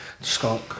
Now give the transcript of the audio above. Skunk